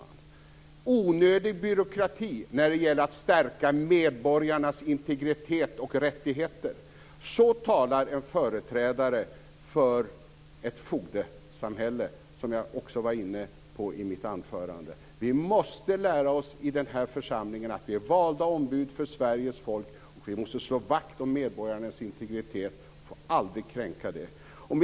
Det är "onödig byråkrati" att stärka medborgarnas integritet och rättigheter. Så talar en företrädare för ett fogdesamhälle. Som jag också var inne på i mitt anförande måste vi i den här församlingen lära oss att vi är valda ombud för Sveriges folk. Vi måste slå vakt om medborgarnas integritet och aldrig kränka den.